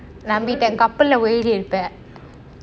~ கிட்ட கப்பல்ல ஏறி இருப்ப:kitta kappalla yeri iruppa